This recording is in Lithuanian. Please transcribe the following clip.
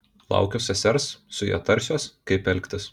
laukiu sesers su ja tarsiuos kaip elgtis